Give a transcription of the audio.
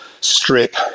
strip